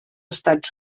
estats